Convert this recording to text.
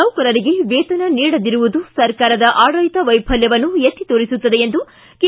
ನೌಕರರಿಗೆ ವೇತನ ನೀಡದಿರುವುದು ಸರ್ಕಾರದ ಆಡಳಿತ ವೈಫಲ್ಯವನ್ನು ಎಕ್ಷಿ ತೋರಿಸುತ್ತದೆ ಎಂದು ಕೆ